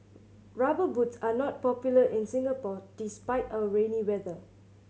Rubber Boots are not popular in Singapore despite our rainy weather